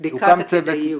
בדיקת הכדאיות.